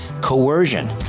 coercion